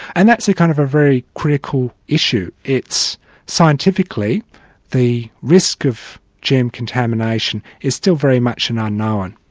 and that's a kind of a very critical issue. it's scientifically the risk of gm contamination is still very much an unknown.